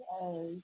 Yes